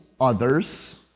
others